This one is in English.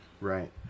Right